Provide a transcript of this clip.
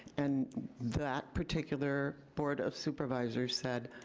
and that particular board of supervisors said,